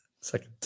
Second